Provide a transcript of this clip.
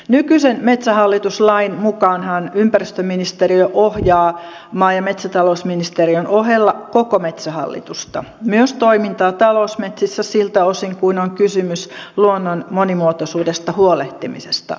nykyisen metsähallitus lain mukaanhan ympäristöministeriö ohjaa maa ja metsätalousministeriön ohella koko metsähallitusta myös toimintaa talousmetsissä siltä osin kuin on kysymys luonnon monimuotoisuudesta huolehtimisesta